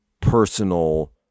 personal